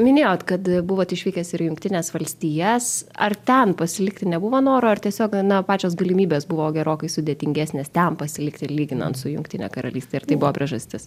minėjot kad buvot išvykęs ir į jungtines valstijas ar ten pasilikti nebuvo noro ar tiesiog na plačios galimybės buvo gerokai sudėtingesnsė ten pasilikti ir lyginant su jungtine karalyste ir tai buvo priežastis